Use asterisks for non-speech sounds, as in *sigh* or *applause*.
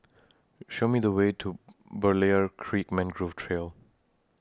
*noise* Show Me The Way to Berlayer Creek Mangrove Trail